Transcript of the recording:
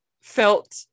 felt